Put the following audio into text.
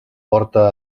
porte